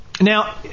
Now